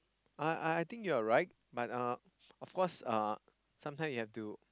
I I I think you're right but uh of course uh sometimes you have to